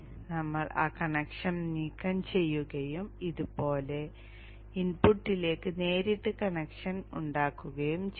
നമ്മൾ ആ കണക്ഷൻ നീക്കം ചെയ്യുകയും ഇതുപോലെ ഇൻപുട്ടിലേക്ക് നേരിട്ട് കണക്ഷൻ ഉണ്ടാക്കുകയും ചെയ്യും